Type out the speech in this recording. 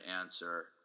answer